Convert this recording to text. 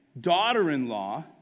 daughter-in-law